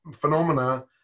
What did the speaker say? phenomena